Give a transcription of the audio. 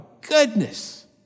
goodness